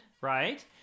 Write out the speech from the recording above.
right